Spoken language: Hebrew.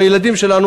לילדים שלנו,